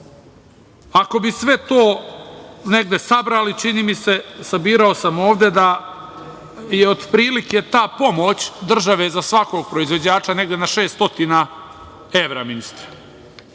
Ako bi sve to negde sabrali, čini mi se, sabirao sam ovde, da je otprilike ta pomoć države za svakog proizvođača negde na 600 evra, ministre,